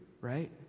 right